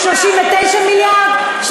39 מיליארד.